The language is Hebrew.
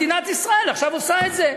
מדינת ישראל עכשיו עושה את זה.